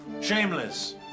Shameless